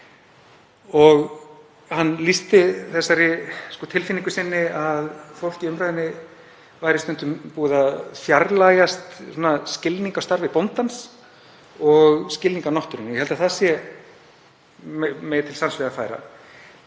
Hann lýsti þeirri tilfinningu sinni að fólkið í umræðunni væri stundum búið að fjarlægjast skilning á starfi bóndans og skilning á náttúrunni. Ég held að það megi til sanns vegar færa.